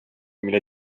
mille